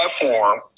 platform